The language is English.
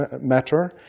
matter